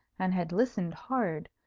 and had listened hard,